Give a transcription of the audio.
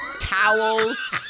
Towels